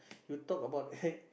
you talk about